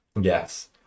Yes